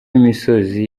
imisozi